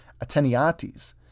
Ateniates